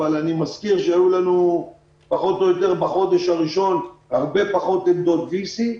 אבל אני מזכיר שהיו לנו בחודש הראשון הרבה פחות עמדות וי-סי.